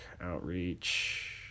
Outreach